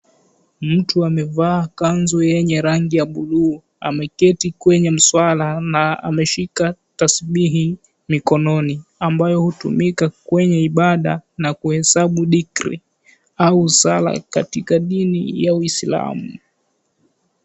Mtu amevaa kanzu yenye rangi ya buluu. Ameketi kwenye mswala na ameshika tasubihi mikononi ambayo hutumika kwenye ibada na kuhesabu dikri au sala katika dini ya uislamu.